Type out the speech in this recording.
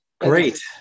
great